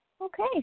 Okay